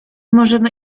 możemy